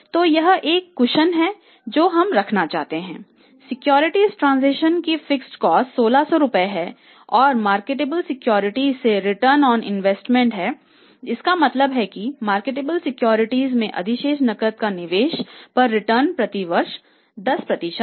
तो यह एक कुशन है इसका मतलब है कि मार्केटेबल सिक्योरिटीज में अधिशेष नकद का निवेश पर रिटर्न प्रति वर्ष 10 है